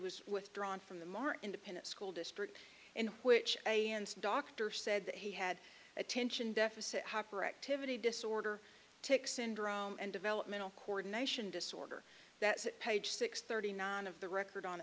was withdrawn from the mar independent school district in which a doctor said that he had attention deficit hyperactivity disorder tick syndrome and developmental coordination disorder that page six thirty nine of the record on